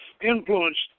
influenced